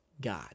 God